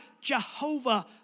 Jehovah